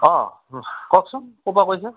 অঁ কওকচোন ক'ৰ পৰা কৈছে